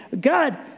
God